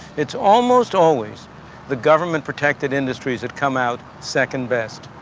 it's almost always the government-protected industries that come out second best.